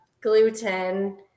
gluten